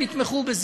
הם יתמכו בזה.